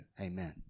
Amen